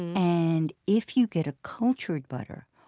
and if you get a cultured butter,